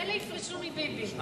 אלה יפרשו מביבי.